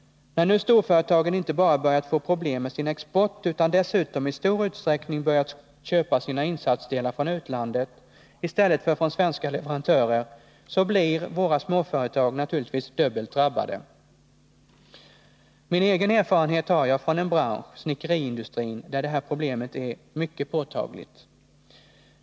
När nu storföretagen inte bara börjat få problem med sin export utan dessutom i stor utsträckning börjat köpa sina insatsdelar från utlandet i stället för från svenska leverantörer, så blir våra småföretag naturligtvis dubbelt drabbade. Min egen erfarenhet har jag från en bransch, snickeriindustrin, där det här problemet är mycket påtagligt.